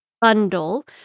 bundle